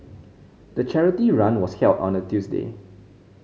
the charity run was held on a Tuesday